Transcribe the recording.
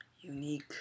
Unique